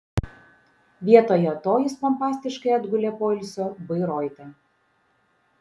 vietoje to jis pompastiškai atgulė poilsio bairoite